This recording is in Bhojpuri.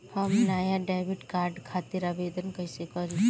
हम नया डेबिट कार्ड खातिर आवेदन कईसे करी?